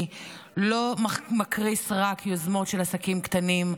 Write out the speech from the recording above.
לא מקריס רק יוזמות של עסקים קטנים,